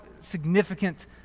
significant